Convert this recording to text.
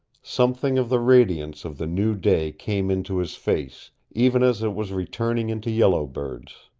something of the radiance of the new day came into his face, even as it was returning into yellow bird's.